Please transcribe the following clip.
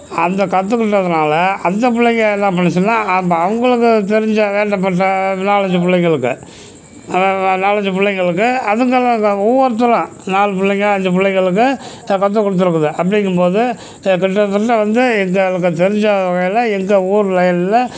அந்த கற்று கொடுத்ததுனால அந்த பிள்ளைங்க என்ன பண்ணுச்சுன்னால் அப்போ அவர்களுக்கு தெரிஞ்ச வேண்டப்பட்ட நாலைஞ்சு பிள்ளைங்களுக்கு நாலைஞ்சு பிள்ளைங்களுக்கு அதுக்கெல்லாம் ஒவ்வொருத்தரும் நாலு பிள்ளைங்க அஞ்சு பிள்ளைங்களுக்கு த கற்று கொடுத்துருக்குது அப்படிங்கம் போது கிட்டத்தட்ட வந்து எங்களுக்கு தெரிஞ்ச வகையில் எங்கள் ஊரில் எல்லாம்